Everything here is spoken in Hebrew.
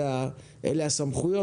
אלה הסמכויות.